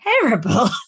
terrible